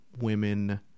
women